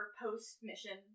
post-mission